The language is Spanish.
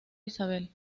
isabel